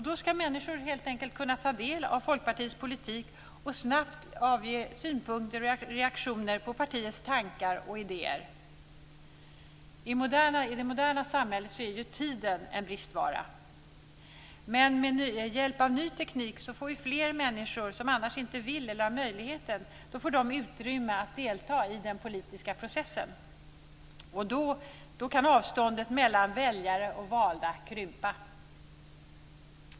Där ska människor helt enkelt kunna ta del av Folkpartiets politik och snabbt avge synpunkter och komma med reaktioner på partiets tankar och idéer. I det moderna samhället är ju tiden en bristvara. Men med hjälp av ny teknik får fler människor, som annars inte vill eller har möjlighet, utrymme att delta i den politiska processen. Då kan avståndet mellan väljare och valda krympa.